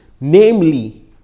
namely